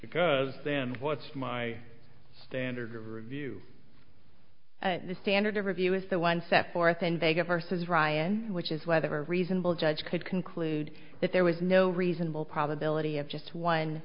because then what's my standard of review the standard of review is the one set forth in vegas versus ryan which is whether a reasonable judge could conclude that there was no reasonable probability of just one